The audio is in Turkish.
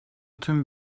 tüm